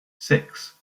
six